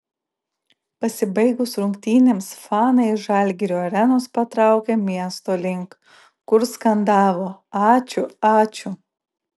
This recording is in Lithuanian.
pasibaigus rungtynėms fanai iš žalgirio arenos patraukė miesto link kur skandavo ačiū ačiū